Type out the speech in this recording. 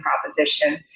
proposition